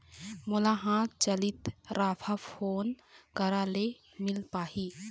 मोला हाथ चलित राफा कोन करा ले मिल पाही?